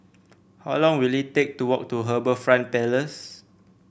how long will it take to walk to HarbourFront Place